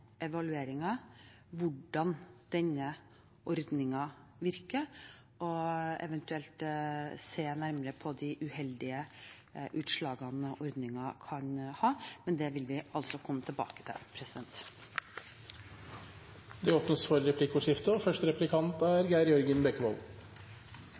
hvordan denne ordningen virker, og eventuelt se nærmere på de uheldige utslagene ordningen kan ha, men det vil vi altså komme tilbake til. Det blir replikkordskifte. Egentlig avsluttet statsråden sitt innlegg med det